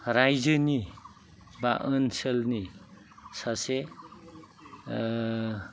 रायजोनि बा ओनसोलनि सासे